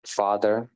father